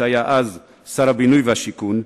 שהיה אז שר הבינוי והשיכון,